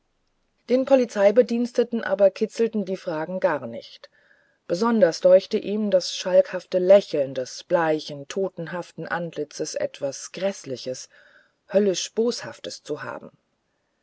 den polizeibedienten aber kitzelten die fragen gar nicht besonders deuchte ihm das schalkhafte lächeln des bleichen totenhaften antlitzes etwas gräßliches höllisch boshaftes zu haben